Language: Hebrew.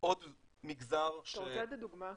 אתה רוצה לתת דוגמה,